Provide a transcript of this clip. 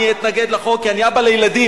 אני אתנגד לחוק, כי אני אבא לילדים,